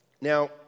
Now